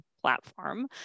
platform